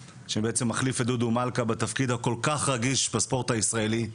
שמחליף את דודו מלכא בתפקיד הכול כך רגיש בספורט הישראלי.